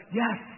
yes